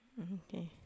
okay